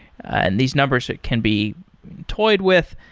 and these numbers can be toyed with.